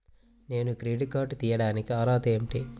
నేను credit card తీయడానికి అర్హత ఏమిటి?